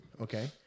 okay